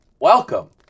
welcome